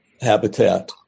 Habitat